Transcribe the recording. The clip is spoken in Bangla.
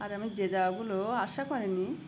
আর আমি যে জায়গাগুলো আশা করিনি